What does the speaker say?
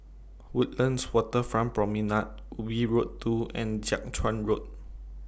Woodlands Waterfront Promenade Ubi Road two and Jiak Chuan Road